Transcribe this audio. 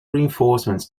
reinforcements